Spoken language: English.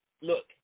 look